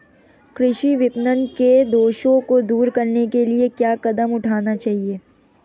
कृषि विपणन के दोषों को दूर करने के लिए क्या कदम उठाने चाहिए?